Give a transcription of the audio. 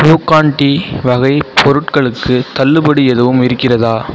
glucagon D வகை பொருட்களுக்கு தள்ளுபடி எதுவும் இருக்கிறதா